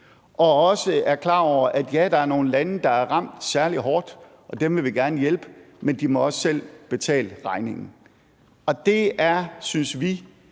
som også er klar over, at ja, der er nogle lande, der er ramt særlig hårdt, og dem vil vi gerne hjælpe, men de må også selv betale regningen. Det er, synes vi,